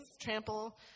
trample